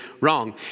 wrong